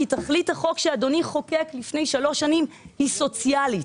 כי תכלית החוק שאדוני חוקק לפני שלוש שנים היא סוציאלית,